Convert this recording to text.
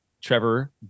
Trevor